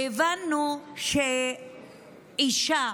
והבנו שאישה